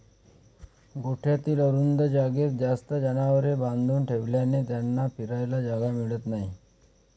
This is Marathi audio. गोठ्यातील अरुंद जागेत जास्त जनावरे बांधून ठेवल्याने त्यांना फिरायला जागा मिळत नाही